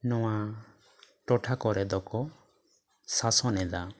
ᱱᱚᱣᱟ ᱴᱚᱴᱷᱟ ᱠᱚᱨᱮ ᱫᱚᱠᱚ ᱥᱟᱥᱚᱱ ᱮᱫᱟ